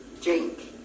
drink